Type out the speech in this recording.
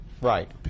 Right